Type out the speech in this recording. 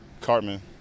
Cartman